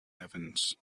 events